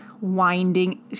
winding